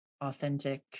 authentic